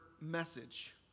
message